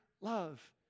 love